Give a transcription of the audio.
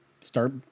Start